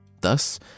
Thus